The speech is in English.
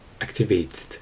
activated